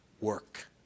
work